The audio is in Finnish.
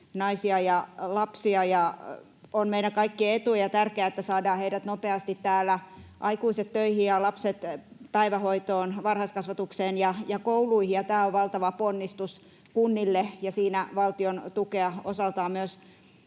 naisia ja lapsia. On meidän kaikkien etu ja tärkeää, että heistä saadaan täällä nopeasti aikuiset töihin ja lapset päivähoitoon, varhaiskasvatukseen ja kouluihin. Tämä on valtava ponnistus kunnille, ja siinä valtion tukea osaltaan myös